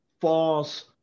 false